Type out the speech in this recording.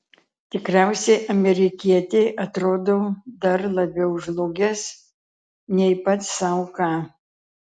tikriausiai amerikietei atrodau dar labiau žlugęs nei pats sau ką